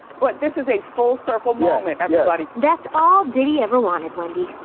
but this is a full circle moment, everybody. that's all diddy ever wanted, wendy.